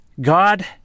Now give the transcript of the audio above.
God